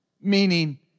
Meaning